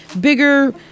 bigger